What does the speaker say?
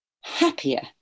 happier